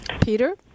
Peter